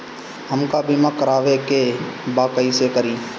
हमका बीमा करावे के बा कईसे करी?